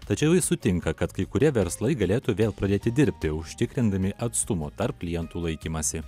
tačiau jis sutinka kad kai kurie verslai galėtų vėl pradėti dirbti užtikrindami atstumo tarp klientų laikymąsi